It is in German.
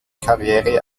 karriere